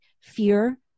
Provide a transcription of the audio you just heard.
fear